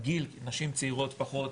נשים צעירות פחות,